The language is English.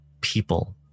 People